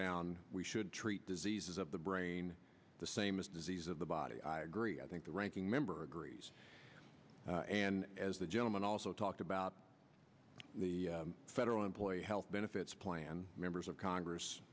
down we should treat diseases of the brain the same as disease of the body i agree i think the ranking member agrees and as the gentleman also talked about the federal employee health benefits plan members of congress